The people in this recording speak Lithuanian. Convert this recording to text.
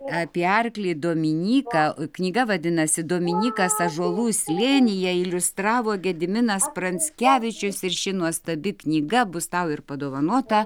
apie apie arklį dominyką knyga vadinasi dominykas ąžuolų slėnyje iliustravo gediminas pranckevičius ir ši nuostabi knyga bus tau ir padovanota